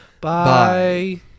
Bye